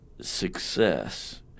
success